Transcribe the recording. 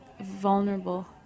vulnerable